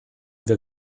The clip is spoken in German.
wir